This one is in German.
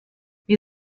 wie